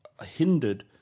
hindered